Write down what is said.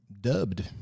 dubbed